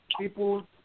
people